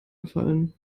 gefallen